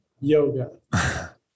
yoga